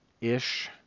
ish